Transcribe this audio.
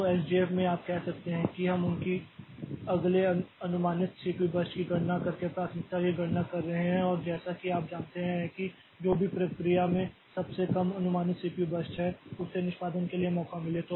तो एसजेएफ में आप कह सकते हैं कि हम उनकी अगले अनुमानित सीपीयू बर्स्ट की गणना करके प्राथमिकता की गणना कर रहे हैं और जैसा कि आप जानते हैं कि जो भी प्रक्रिया में सबसे कम अनुमानित सीपीयू बर्स्ट है उसे निष्पादन के लिए मौका मिले